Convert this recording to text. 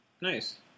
Nice